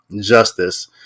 justice